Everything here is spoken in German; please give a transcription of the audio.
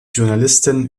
journalistin